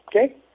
Okay